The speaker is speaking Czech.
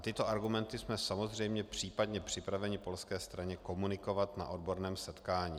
Tyto argumenty jsme samozřejmě případně připraveni polské straně komunikovat na odborném setkání.